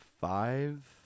five